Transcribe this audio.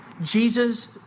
Jesus